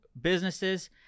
businesses